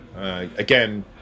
Again